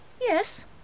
Yes